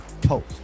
Post